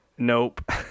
nope